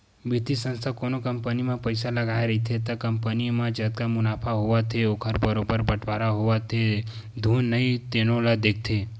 बित्तीय संस्था कोनो कंपनी म पइसा लगाए रहिथे त कंपनी म जतका मुनाफा होवत हे ओखर बरोबर बटवारा होवत हे धुन नइ तेनो ल देखथे